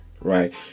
right